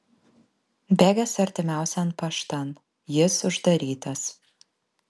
bėgęs artimiausian paštan jis uždarytas